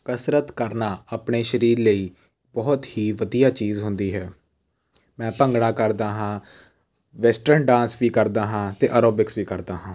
ਕਸਰਤ ਕਰਨਾ ਆਪਣੇ ਸਰੀਰ ਲਈ ਬਹੁਤ ਹੀ ਵਧੀਆ ਚੀਜ਼ ਹੁੰਦੀ ਹੈ ਮੈਂ ਭੰਗੜਾ ਕਰਦਾ ਹਾਂ ਵੈਸਟਰਨ ਡਾਂਸ ਵੀ ਕਰਦਾ ਹਾਂ ਅਤੇ ਆਰੋਬਿਕਸ ਵੀ ਕਰਦਾ ਹਾਂ